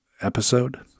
episode